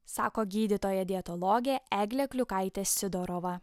sako gydytoja dietologė eglė kliukaitė sidorova